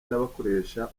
n’abakoresha